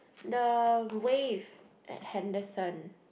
the wave at Henderson